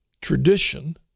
tradition